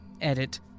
Edit